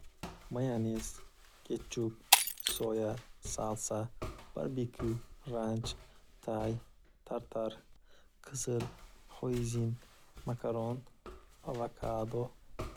Mayanez, ketchup, soya, salsa, barbiku, ranch, tay, tartar, qizil, xoezin, makaron, avokado.